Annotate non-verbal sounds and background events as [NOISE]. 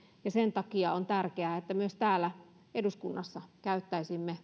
sen takia on tärkeää että myös täällä eduskunnassa käyttäisimme [UNINTELLIGIBLE]